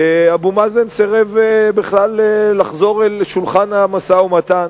אבו מאזן סירב בכלל לחזור לשולחן המשא-ומתן.